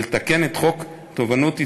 ולתקן את חוק תובענות ייצוגיות,